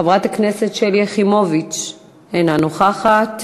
חברת הכנסת שלי יחימוביץ, אינה נוכחת.